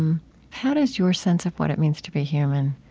how does your sense of what it means to be human